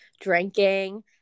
drinking